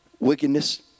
Wickedness